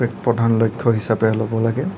ইয়াক প্ৰধান লক্ষ্য হিচাপে ল'ব লাগে